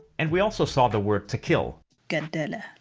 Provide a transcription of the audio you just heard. and we also saw the word to kill gaddala.